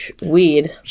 weed